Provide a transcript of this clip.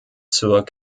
zur